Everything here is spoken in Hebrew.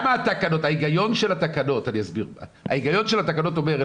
ההגיון של התקנות אומר,